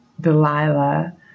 Delilah